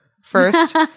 First